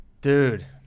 dude